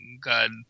God